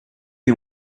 you